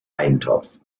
eintopf